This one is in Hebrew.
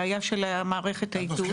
בעיה של מערכת האיתות,